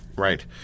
Right